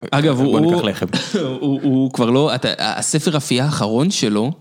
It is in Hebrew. אגב, הוא כבר לא... הספר הפייה האחרון שלו...